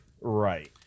Right